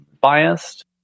biased